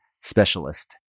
specialist